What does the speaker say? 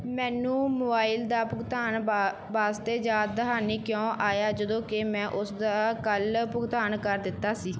ਮੈਨੂੰ ਮੋਬਾਈਲ ਦਾ ਭੁਗਤਾਨ ਵਾ ਵਾਸਤੇ ਯਾਦ ਦਹਾਨੀ ਕਿਉਂ ਆਇਆ ਜਦੋਂ ਕਿ ਮੈਂ ਉਸਦਾ ਕੱਲ੍ਹ ਭੁਗਤਾਨ ਕਰ ਦਿੱਤਾ ਸੀ